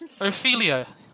Ophelia